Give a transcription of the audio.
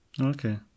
Okay